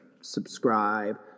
subscribe